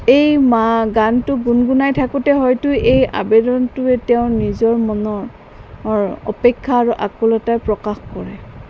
এই মা গানটো গুনগুনাই থাকোতে হয়তো এই আবেদনটোৱে তেওঁৰ নিজৰ মনৰ অপেক্ষা আৰু আকুলতা প্ৰকাশ কৰে